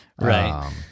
Right